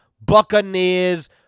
Buccaneers